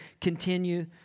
continue